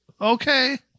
Okay